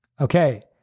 Okay